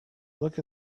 look